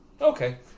Okay